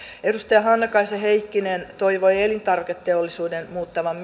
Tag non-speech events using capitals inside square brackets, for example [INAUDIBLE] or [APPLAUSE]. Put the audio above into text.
edustaja hannakaisa heikkinen toivoi elintarviketeollisuuden muuttavan [UNINTELLIGIBLE]